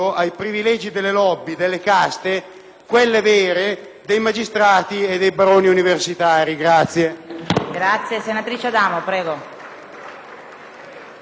quelle vere - dei magistrati e dei baroni universitari.